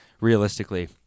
realistically